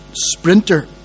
sprinter